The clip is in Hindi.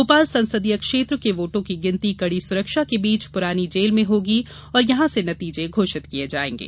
भोपाल संसदीय क्षेत्र के वोटों की गिनती कड़ी सुरक्षा के बीच पुरानी जेल में होगी और यहां र्स नतीजे घोषित किये जायेंगे